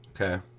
Okay